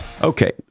Okay